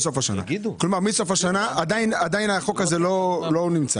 כלומר, מסוף השנה עדיין החוק הזה לא נמצא.